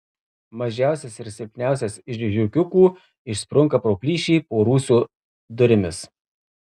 mažiausias ir silpniausias iš žiurkiukų išsprunka pro plyšį po rūsio durimis